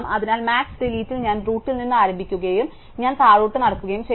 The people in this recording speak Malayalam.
അതിനാൽ മാക്സ് ഡിലീറ്റിൽ ഞാൻ റൂട്ടിൽ നിന്ന് ആരംഭിക്കുകയും ഞാൻ താഴേക്ക് നടക്കുകയും ചെയ്യുന്നു